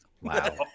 Wow